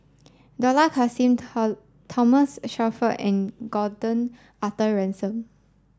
Dollah Kassim Thomas Shelford and Gordon Arthur Ransome